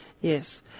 Yes